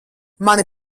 mani